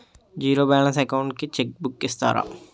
Zero balance account కి cheque book ఇస్తారా?